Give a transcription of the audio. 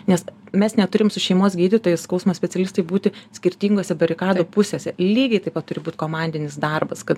nes mes neturim su šeimos gydytojais skausmo specialistai būti skirtingose barikadų pusėse lygiai taip pat turi būt komandinis darbas kad